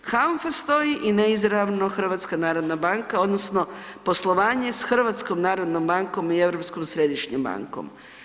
HANFA stoji i neizravno HNB odnosno poslovanje s HNB-om i Europskom središnjom bankom.